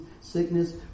sickness